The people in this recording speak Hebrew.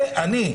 אני,